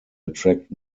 attract